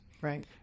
Right